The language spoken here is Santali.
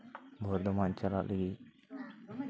ᱵᱚᱨᱫᱷᱚᱢᱟᱱ ᱪᱟᱞᱟᱜ ᱞᱟᱹᱜᱤᱫ